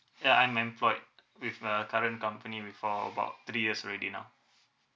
ya I'm employed with the current company with for about three years already now